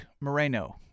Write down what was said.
Moreno